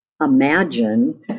imagine